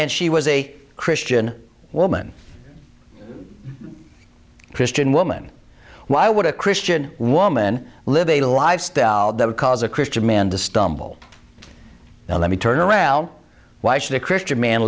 and she was a christian woman christian woman why would a christian woman live a lifestyle that would cause a christian man to stumble and let me turn around why should a christian man